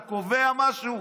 אתה קובע משהו?